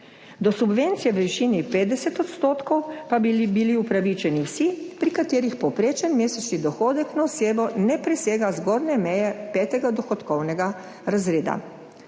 Do subvencije v višini 50 % pa bi bili upravičeni vsi, pri katerih povprečen mesečni dohodek na osebo ne presega zgornje meje petega dohodkovnega razreda.